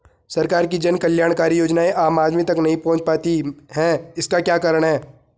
सरकार की जन कल्याणकारी योजनाएँ आम आदमी तक नहीं पहुंच पाती हैं इसका क्या कारण है?